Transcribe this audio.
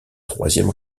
troisième